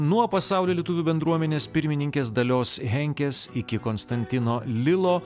nuo pasaulio lietuvių bendruomenės pirmininkės dalios henkės iki konstantino lilo